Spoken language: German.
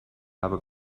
habe